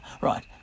Right